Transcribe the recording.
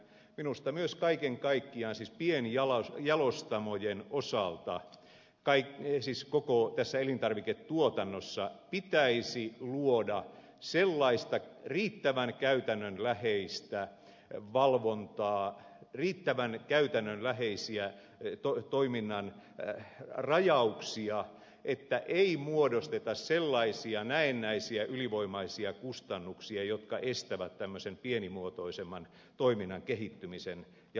minusta myös kaiken kaikkiaan pienjalostamojen osalta koko tässä elintarviketuotannossa pitäisi luoda sellaista riittävän käytännönläheistä valvontaa riittävän käytännönläheisiä toiminnan rajauksia että ei muodosteta sellaisia näennäisiä ylivoimaisia kustannuksia jotka estävät tämmöisen pienimuotoisemman toiminnan kehittymisen ja laajentumisen